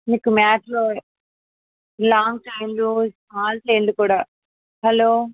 మీకు మ్యాట్లో లాంగ్ చైన్లు స్మాల్ చైన్లు కూడా హలో